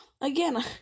again